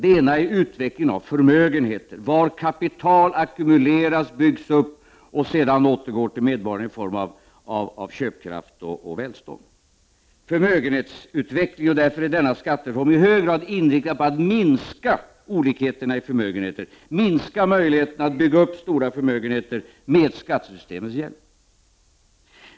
Det ena är utvecklingen av förmögenheter, var kapital ackumuleras, byggs upp för att sedan återgå till medborgaren i form av köpkraft och välstånd. Denna skattereform är i hög grad inriktad på att minska olikheter i förmögenheter, minska möjligheterna att bygga upp stora förmögenheter med skattesystemets hjälp.